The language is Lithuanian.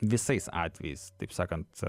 visais atvejais taip sakant